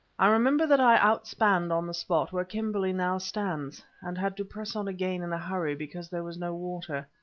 i remember that i outspanned on the spot where kimberley now stands, and had to press on again in a hurry because there was no water.